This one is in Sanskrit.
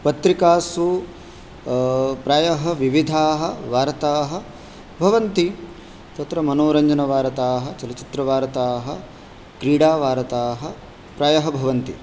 पत्रिकासु प्रायः विविधाः वार्ताः भवन्ति तत्र मनोरञ्जनवार्ताः चलच्चित्रवार्ताः क्रीडावार्ताः प्रायः भवन्ति